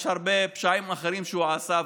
יש הרבה פשעים אחרים שהוא עשה,